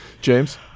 James